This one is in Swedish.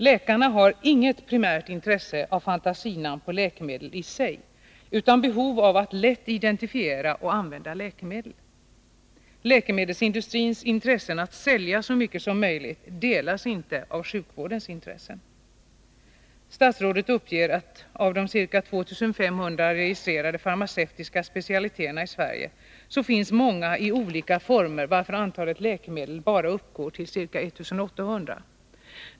Läkarna har inget primärt intresse av fantasinamn på läkemedel i sig utan behov av att lätt identifiera och använda läkemedel. Läkemedelsindustrins intressen att sälja så mycket som möjligt delas inte av sjukvårdens intressen. Statsrådet uppger att många av de ca 2 500 registrerade farmaceutiska specialiteterna i Sverige finns i olika former, varför antalet läkemedel bara uppgår till ca 1800.